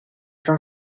cent